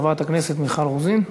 חברת הכנסת מיכל רוזין.